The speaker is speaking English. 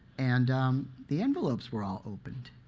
and the envelopes were all opened.